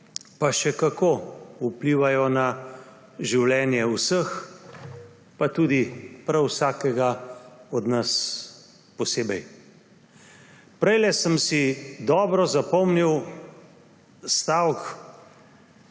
pa še kako vplivajo na življenje vseh, pa tudi prav vsakega od nas posebej. Prejle sem si dobro zapomnil stavek